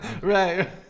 Right